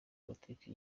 politiki